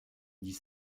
dit